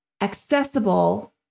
accessible